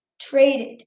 traded